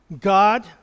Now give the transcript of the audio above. God